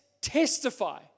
Testify